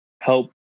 help